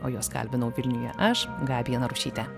o juos kalbinau vilniuje aš gabija narušytė